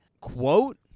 quote